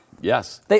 Yes